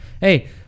Hey